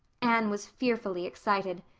anne was fearfully excited.